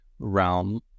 realm